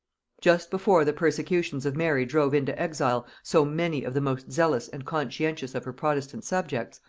just before the persecutions of mary drove into exile so many of the most zealous and conscientious of her protestant subjects,